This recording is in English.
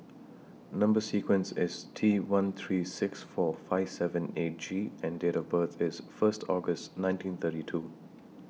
Number sequence IS T one three six four five seven eight G and Date of birth IS First August nineteen thirty two